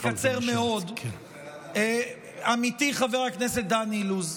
ואני אקצר מאוד: עמיתי חבר הכנסת דן אילוז,